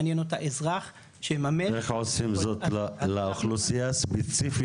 מעניין אותו אזרח שיממש איך עושים זאת לאוכלוסייה הספציפית